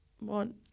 want